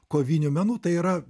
kovinių menų tai yra